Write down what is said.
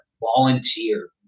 volunteer